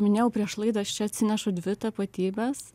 minėjau prieš laidą aš čia atsinešu dvi tapatybes